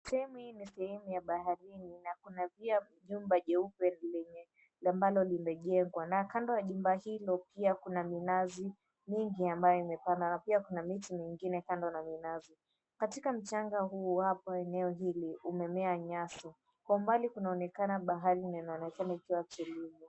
Sehemu hii ni sehemu ya baharini na kuna pia jumba jeupe lenye ambalo limejengwa na kando ya jumba hilo pia kuna minazi mingi ambayo imepandwa na pia kuna miti mingine kando na minazi. Katika mchanga huu wa eneo hili umemea nyasi. Kwa umbali kunaonekana bahari na inaonekana ikiwa tulivu.